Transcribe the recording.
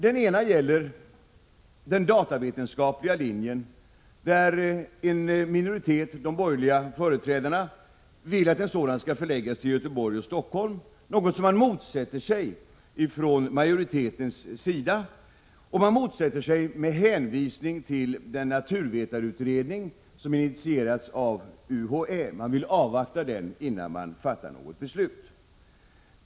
Den ena gäller den datavetenskapliga linjen, där en minoritet bestående av de borgerliga företrädarna vill att en sådan skall förläggas till Göteborg och Stockholm, något som majoriteten motsätter sig med hänvisning till att man vill avvakta resultatet av naturvetarutredningen, som har initierats av UHÄ, innan man fattar beslut.